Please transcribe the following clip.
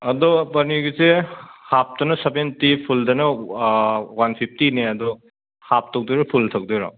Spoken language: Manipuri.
ꯑꯗꯣ ꯄꯅꯤꯔꯒꯤꯁꯦ ꯍꯥꯞꯇꯅ ꯁꯕꯦꯟꯇꯤ ꯐꯨꯜꯗꯅ ꯋꯥꯟ ꯐꯤꯞꯇꯤꯅꯦ ꯑꯗꯣ ꯍꯥꯞ ꯇꯧꯗꯣꯏꯔꯣ ꯐꯨꯜ ꯇꯧꯗꯣꯏꯔꯣ